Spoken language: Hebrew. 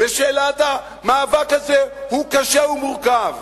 ושאלת המאבק הזה, הוא קשה ומורכב.